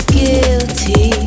guilty